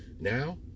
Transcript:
Now